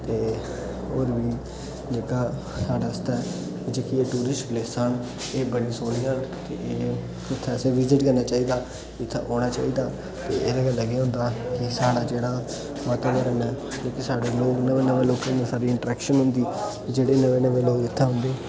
ते और बी जेह्का साढ़े आस्तै जेह्की ऐ टूरिस्ट प्लेसा न ऐ बड़ी सोनिया न ते इत्थै असेई विजिट करना चाहिदा इत्थै औना चाहिदा एहदे कन्नै केह् होंदा की साढ़ा जेह्डा मतलब ओह्दे कन्नै क्युकी साढ़े लोक न नमे नमे लोके ने साढ़ी इंटरेक्शन होंदी जेह्ड़े नमे नमे लोक इत्थै औंदे